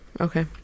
Okay